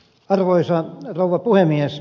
arvoisa rouva puhemies